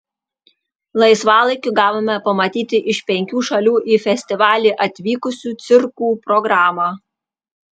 laisvalaikiu gavome pamatyti iš penkių šalių į festivalį atvykusių cirkų programą